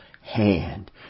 hand